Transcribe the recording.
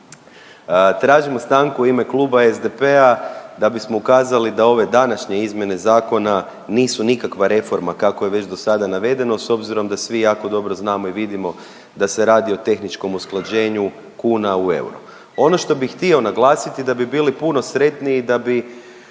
Tražimo stanku u ime kluba SDP-a da bismo ukazali da ove današnje izmjene zakona nisu nikakva reforma kako je već do sada navedeno s obzirom da svi jako dobro znamo i vidimo da se radi o tehničkom usklađenju kuna u euro. Ono što bih htio naglasiti da bi bili puno sretniji da bi